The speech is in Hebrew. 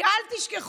כי אל תשכחו